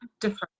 different